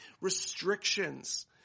restrictions